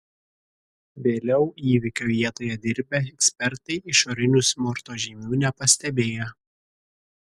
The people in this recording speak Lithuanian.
vėliau įvykio vietoj dirbę ekspertai išorinių smurto žymių nepastebėjo